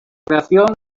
creación